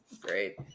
Great